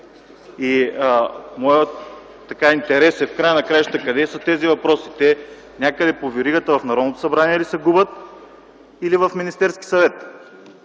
Моят интерес в края на краищата е къде са тези въпроси – някъде по веригата на Народното събрание ли се губят, или в Министерския съвет?